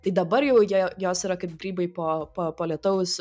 tai dabar jau jie jos yra kaip grybai po po po lietaus